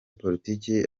politike